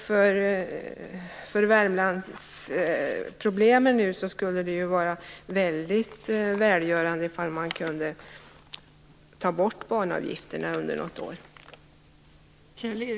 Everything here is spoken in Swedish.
För Värmlandsproblemet skulle det vara väldigt välgörande om banavgifterna kunde tas bort under något år.